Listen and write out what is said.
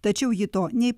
tačiau ji to nei